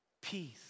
Peace